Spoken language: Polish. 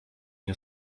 nie